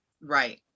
right